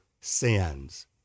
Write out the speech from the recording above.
sins